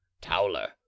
Towler